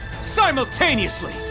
Simultaneously